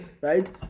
right